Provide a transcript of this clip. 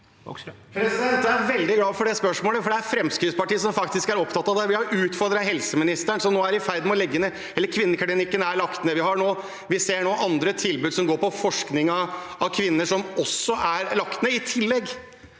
Jeg er veldig glad for det spørsmålet, for Fremskrittspartiet er faktisk opptatt av det. Vi har utfordret helseministeren, som nå er i ferd med å legge ned Kvinneklinikken – eller, den er lagt ned. Vi ser nå andre tilbud som går på forskning av kvinnehelse, som også er lagt ned. I tillegg